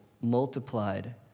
multiplied